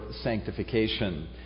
sanctification